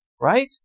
right